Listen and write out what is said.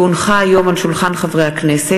כי הונחו היום על שולחן הכנסת,